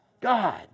God